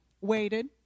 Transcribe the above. waited